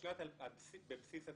בבסיס התקציב.